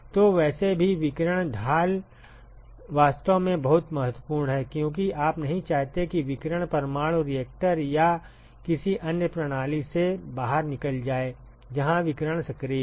तो वैसे भी विकिरण ढाल वास्तव में बहुत महत्वपूर्ण है क्योंकि आप नहीं चाहते कि विकिरण परमाणु रिएक्टर या किसी अन्य प्रणाली से बाहर निकल जाए जहां विकिरण सक्रिय है